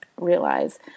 realize